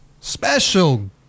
special